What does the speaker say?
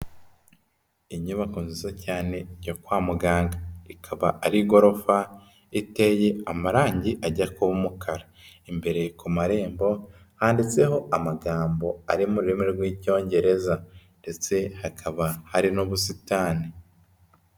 Inyubako nziza cyane yo kwa muganga, ikaba ari igorofa iteye amarangi ajya kuba umukara, imbere ku marembo handitseho amagambo ari mu rurimi rw'Icyongereza ndetse hakaba hari n'ubusitani.